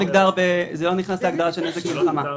זה לא נכנס להגדרה "נזק מלחמה".